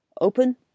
Open